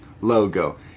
logo